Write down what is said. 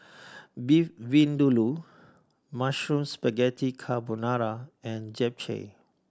Beef Vindaloo Mushroom Spaghetti Carbonara and Japchae